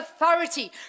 authority